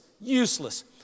useless